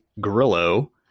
Grillo